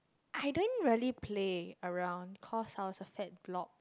I don't really play around cause I also fat block